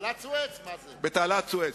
בתעלת סואץ,